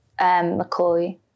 McCoy